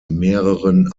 mehreren